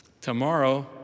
Tomorrow